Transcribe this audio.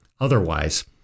otherwise